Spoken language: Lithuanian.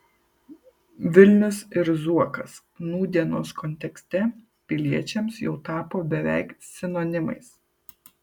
vilnius ir zuokas nūdienos kontekste piliečiams jau tapo beveik sinonimais